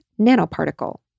nanoparticle